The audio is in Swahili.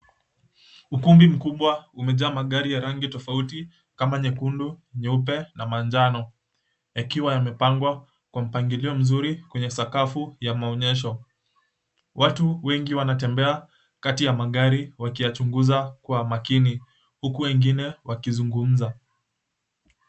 Ukumbi mkubwa umejaa magari ya rangi tofauti kama nyekundu, nyeupe na manjano. Yakiwa yamepangwa kwa mpangilio mzuri kwenye sakafu ya maonyesho. Watu wengi wanatembea kati ya magari wakiyachunguza kwa makini huku wengine wakizumgumza.